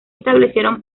establecieron